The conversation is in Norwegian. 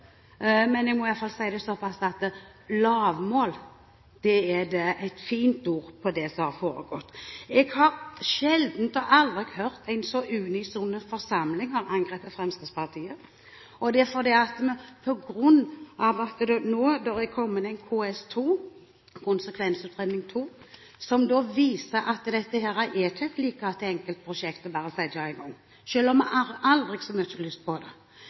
Men jeg må i alle fall si såpass at lavmål er et fint ord på det som har foregått. Jeg har sjelden og aldri hørt en så unison forsamling angripe Fremskrittspartiet – og det på grunn av at det nå er kommet en KS2, konsekvensutredning 2, som viser at dette ikke er et like enkelt prosjekt bare å sette i gang, selv om vi har aldri så mye lyst til det. Her er vi ansvarlige – dersom det